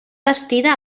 bastida